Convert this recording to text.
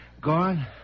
gone